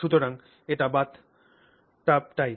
সুতরাং এটি bath tub type